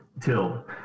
till